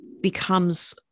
becomes